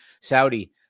Saudi